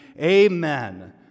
Amen